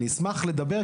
אני אשמח לדבר,